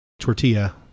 tortilla